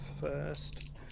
first